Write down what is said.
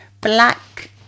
black